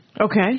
Okay